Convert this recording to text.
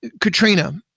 Katrina